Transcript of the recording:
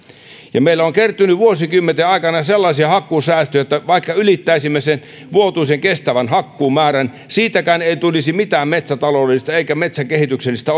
ja meillä on kertynyt vuosikymmenten aikana sellaisia hakkuusäästöjä että vaikka ylittäisimme sen vuotuisen kestävän hakkuumäärän siitäkään ei tulisi mitään metsätaloudellista eikä metsänkehityksellistä